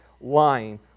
lying